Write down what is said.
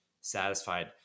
satisfied